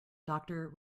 doctor